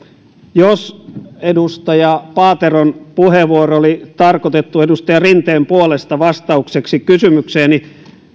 jos edustaja paateron puheenvuoro oli tarkoitettu edustaja rinteen puolesta vastaukseksi kysymykseeni